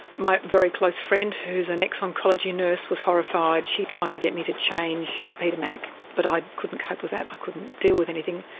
my very close friend who is an ex-oncology nurse was horrified. she tried to get me to change to peter mac, but i couldn't cope with that, i couldn't deal with anything.